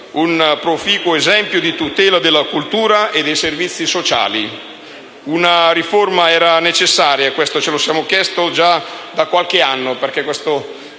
un proficuo esempio di tutela della cultura e dei servizi sociali. Una riforma era necessaria: questo ce lo siamo detti già da qualche anno,